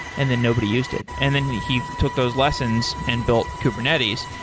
and then nobody used it. and then he took those lessons and built kubernetes.